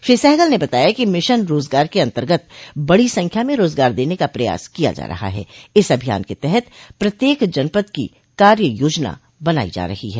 श्री सहगल ने बताया कि मिशन रोजगार के अन्तर्गत बड़ी संख्या में रोजगार देने का प्रयास किया जा रहा है इस अभियान के तहत प्रत्येक जनपद की कार्य योजना बनाई जा रही है